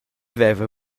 veva